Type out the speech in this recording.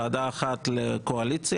מוסיפים ועדה אחת לקואליציה,